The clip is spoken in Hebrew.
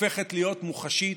הופכת להיות מוחשית